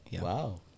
Wow